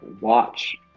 watch